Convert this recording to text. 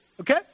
okay